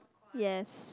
yes